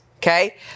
Okay